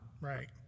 Right